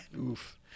oof